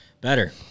Better